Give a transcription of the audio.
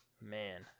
Man